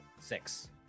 six